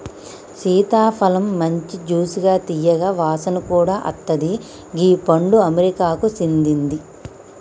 సీతాఫలమ్ మంచి జ్యూసిగా తీయగా వాసన కూడా అత్తది గీ పండు అమెరికాకు సేందింది